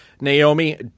Naomi